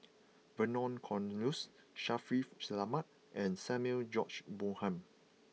Vernon Cornelius Shaffiq Selamat and Samuel George Bonham